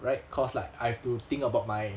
right cause like I've to think about my